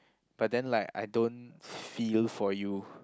but then like I don't feel for you